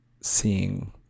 seeing